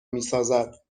میسازد